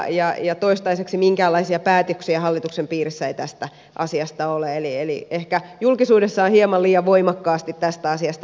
toistaiseksi minkäänlaisia päätöksiä hallituksen piirissä ei tästä asiasta ole eli ehkä julkisuudessa on hieman liian voimakkaasti tästä asiasta uutisoitu